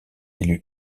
élu